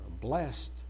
blessed